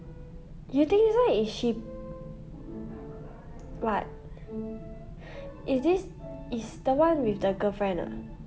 you think right is she what is this is the [one] with the girlfriend ah